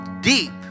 deep